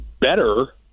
better